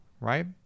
right